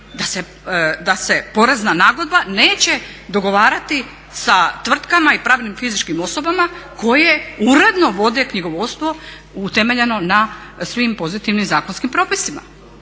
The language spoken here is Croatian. da se porezna nagodba neće dogovarati sa tvrtkama i pravnim, fizičkim osobama koje uredno vode knjigovodstvo utemeljeno na svim pozitivnim zakonskim propisima?